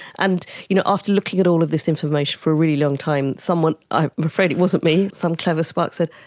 and you know after looking at all of this information for a really long time, someone, i'm afraid it wasn't me, some clever spark said,